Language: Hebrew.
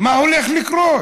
מה הולך לקרות.